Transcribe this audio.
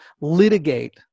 litigate